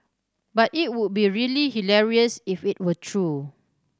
but it would be really hilarious if it were true